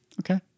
Okay